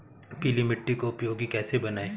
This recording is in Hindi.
पीली मिट्टी को उपयोगी कैसे बनाएँ?